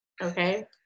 Okay